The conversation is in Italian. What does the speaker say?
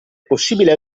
possibile